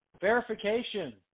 verification